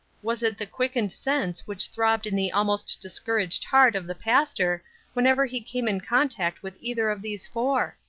was it the quickened sense which throbbed in the almost discouraged heart of the pastor whenever he came in contact with either of these four?